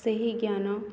ସେହି ଜ୍ଞାନ